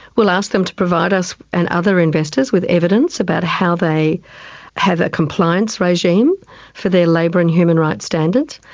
we'll ask them to provide us and other investors with evidence about how they have a compliance regime for their labour and human rights standards,